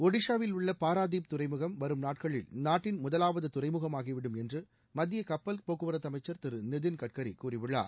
ஒடிஷாவில் உள்ள பாராதீப் துறைமுகம் வரும் நாட்களில் நாட்டின் முதலாவது துறைமுகமாகிவிடும் என்று மத்திய கப்பல் போக்குவரத்து அமைச்சர் திரு நிதின் கட்கரி கூறியுள்ளார்